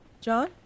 John